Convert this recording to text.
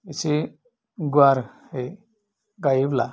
एसे गुवारै गायोब्ला